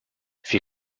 fit